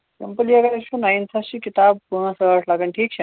simply اگرأسۍ وٕچھو ninths چھِ کِتاب پانژھ ٲٹھ لَگان ٹھیٖک چھا